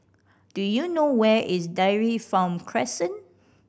do you know where is Dairy Farm Crescent